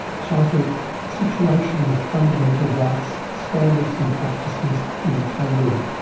titled situation of fundamental rights standards and practices in hungary.